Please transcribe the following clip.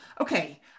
Okay